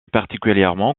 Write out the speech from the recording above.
particulièrement